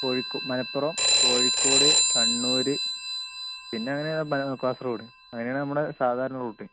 മലപ്പുറം കോഴിക്കോട് കണ്ണൂർ പിന്നങ്ങനെ കാസർഗോഡ് അങ്ങനെ ആണ് നമ്മുടെ സാധാരണ റൂട്ട്